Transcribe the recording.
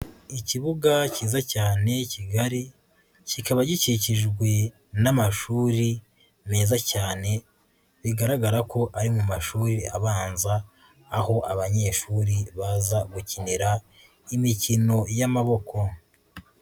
Ikibuga kiza cyane kigari kikaba gikikijwe n'amashuri meza cyane bigaragara ko ari mu mashuri abanza, aho abanyeshuri baza gukinira imikino y'amaboko.